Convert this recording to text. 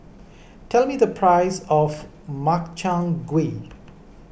tell me the price of Makchang Gui